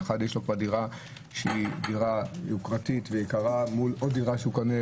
לאחד יש כבר דירה יוקרתית ויקרה מול עוד דירה שהוא קונה,